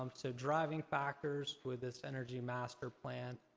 um so driving factors for this energy master plan.